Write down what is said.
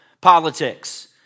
politics